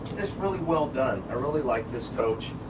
it's really well done. i really like this coach.